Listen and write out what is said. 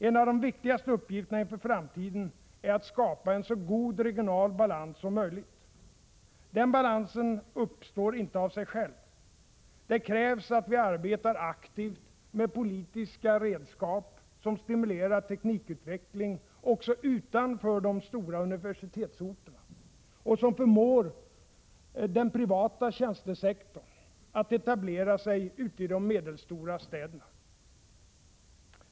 En av de viktigaste uppgifterna inför framtiden är att skapa en så god regional balans som möjligt. Den balansen uppstår inte av sig självt. Det krävs att vi arbetar aktivt med politiska redskap, som stimulerar teknikutveckling också utanför de stora universitetsorterna och som förmår den privata tjänstesektorn att etablera sig ute i de medelstora städerna.